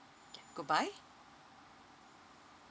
okay goodbye